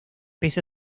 pese